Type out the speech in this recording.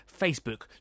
Facebook